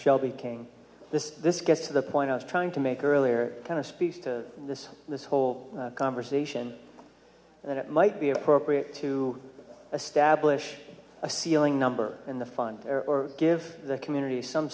shelby cain this this gets to the point i was trying to make earlier kind of speaks to this this whole conversation that it might be appropriate to establish a ceiling number in the fund or or give the community some